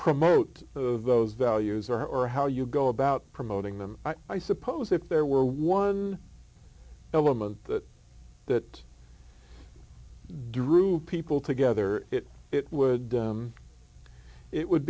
promote of those values are or how you go about promoting them i suppose if there were one element that drew people together it would it would